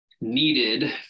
needed